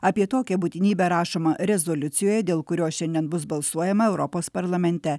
apie tokią būtinybę rašoma rezoliucijoje dėl kurios šiandien bus balsuojama europos parlamente